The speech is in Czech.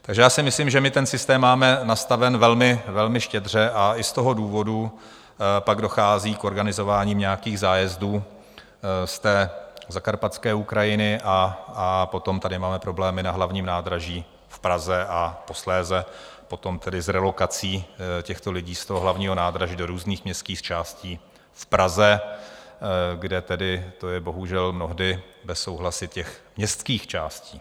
Takže já si myslím, že ten systém máme nastaven velmi, velmi štědře, a i z toho důvodu pak dochází k organizování nějakých zájezdů ze Zakarpatské Ukrajiny a potom tady máme problémy na hlavním nádraží v Praze a posléze potom s relokací těchto lidí z hlavního nádraží do různých městských částí v Praze, kde to je bohužel mnohdy bez souhlasu těch městských částí.